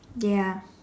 ya